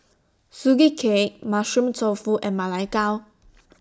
Sugee Cake Mushroom Tofu and Ma Lai Gao